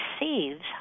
receives